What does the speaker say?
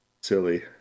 silly